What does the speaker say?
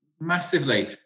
massively